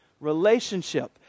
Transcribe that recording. relationship